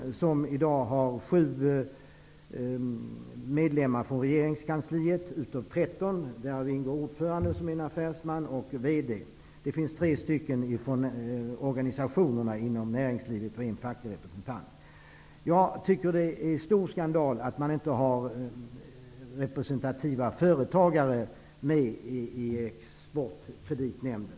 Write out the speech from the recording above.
Av 13 personer i styrelsen kommer 7 från regeringskansliet. I styrelsen finns ordföranden, som är affärsman, och VD:n. 3 personer kommer från organisationerna inom näringslivet och en är facklig representant. Jag tycker att det är stor skandal att det inte finns representativa företagare i Exportkreditnämnden.